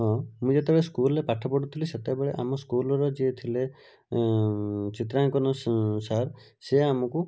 ହଁ ମୁଁ ଯେତେବେଳେ ସ୍କୁଲ୍ ରେ ପାଠ ପଢ଼ୁଥିଲି ସେତେବେଳେ ଆମ ସ୍କୁଲ୍ ର ଯିଏ ଥିଲେ ଚିତ୍ରାଙ୍କନ ସାର୍ ସିଏ ଆମକୁ